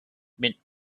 mint